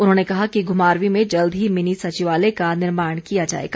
उन्होंने कहा कि घुमारवीं में जल्द ही मिनी सचिवालय का निर्माण किया जाएगा